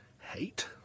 Hate